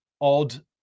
odd